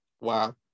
wow